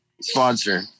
sponsor